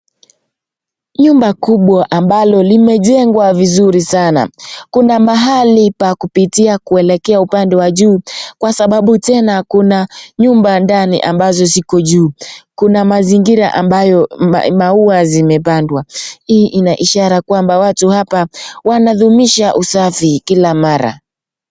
Nyumba kubwa ambalo limejengwwa vizuri sana. Kuna mahali pa kupitia kueleka upande wa juu kwa sababu tena kuna nyumba ndani ambazo ziko juu. Kuna mazingira ambayo maua zimepandwa. Hii ina ishara kwamba watu hapa wanadumisha usafi kila mara.